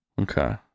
okay